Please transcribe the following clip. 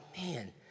man